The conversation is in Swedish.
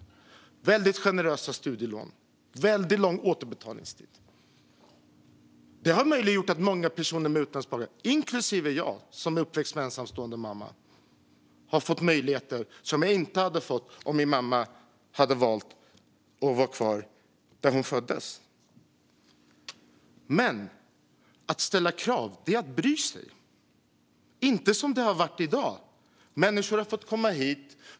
Det är väldigt generösa studielån och väldigt lång återbetalningstid. Det har skapat möjligheter för många personer med utländsk bakgrund, inklusive mig som vuxit upp med en ensamstående mamma. Jag har fått möjligheter som jag inte hade fått om min mamma hade valt att vara kvar där hon föddes. Att ställa krav är att bry sig. Det är inte som det har varit i dag. Människor har fått komma hit.